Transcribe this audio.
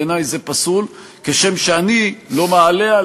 בעיני זה פסול, כשם שאני לא מעלה,